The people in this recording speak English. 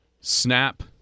snap